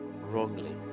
wrongly